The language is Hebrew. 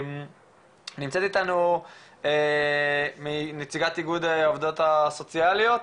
נמצאת איתנו נציגת איגוד העובדות הסוציאליות,